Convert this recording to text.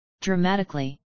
dramatically